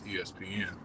ESPN